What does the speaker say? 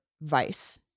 vice